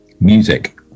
Music